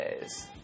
days